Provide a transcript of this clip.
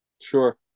Sure